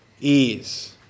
ease